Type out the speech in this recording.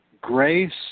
grace